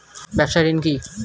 ব্যবসায় ঋণ কি?